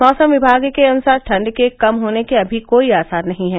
मौसम विमाग के अनुसार ठंड के कम होने के अभी कोई आसार नहीं है